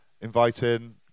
inviting